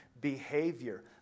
behavior